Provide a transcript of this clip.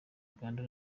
uganda